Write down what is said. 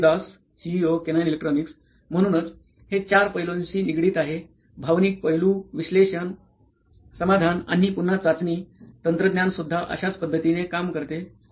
Suprativ Das CTO केनोईंन electronics म्हणूनच हे चार पैलूंशी निगडित आहेभावनिक पैलू विश्लेषण समाधान आणि पुन्हा चाचणी तंत्रज्ञानसुद्धा अश्याच पद्धतीने काम करते